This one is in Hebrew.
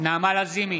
נעמה לזימי,